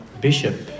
bishop